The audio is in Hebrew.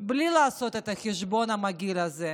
בלי לעשות את החשבון המגעיל הזה